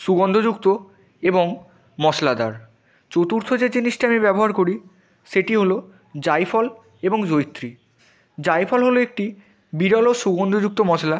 সুগন্দযুক্ত এবং মশলাদার চতুর্থ যে জিনিসটা আমি ব্যবহার করি সেটি হলো জাইফল এবং জয়িত্রী জাইফল হলো একটি বিরল সুগন্ধযুক্ত মশলা